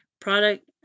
product